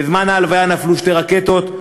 בזמן ההלוויה נפלו שתי רקטות.